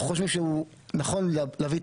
אנחנו חושבים שהוא נכון להביא את